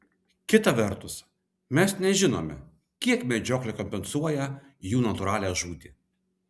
kita vertus mes nežinome kiek medžioklė kompensuoja jų natūralią žūtį